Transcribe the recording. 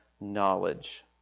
knowledge